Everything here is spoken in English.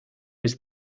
was